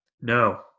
No